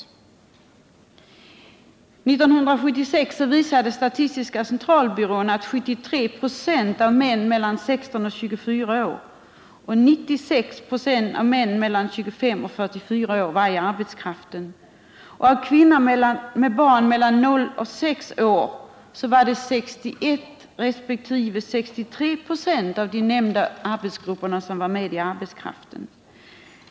Statistiska centralbyrån har visat att år 1976 var 73 26 av män mellan 16 och 24 år och 96 26 av män mellan 25 och 44 år i arbetskraften och att av kvinnor med barn mellan 0 och 6 år var 61 26 resp. 63 26 av de nämnda åldersgrupperna i arbetskraften.